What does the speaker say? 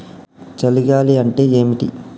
చలి గాలి అంటే ఏమిటి?